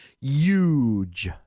huge